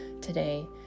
today